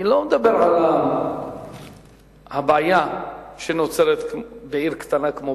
אני לא מדבר על הבעיה שנוצרת בעיר קטנה כמו